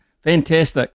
Fantastic